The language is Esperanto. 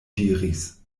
diris